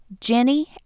Jenny